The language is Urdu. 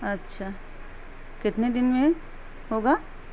اچھا کتنے دن میں ہوگا